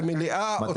אני מצדיע לכם,